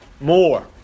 more